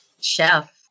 chef